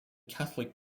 catholic